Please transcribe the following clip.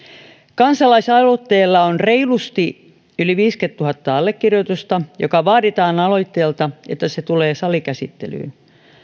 kansalaisaloitteella on reilusti yli viisikymmentätuhatta allekirjoitusta joka vaaditaan aloitteelta että se tulee salikäsittelyyn